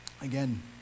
again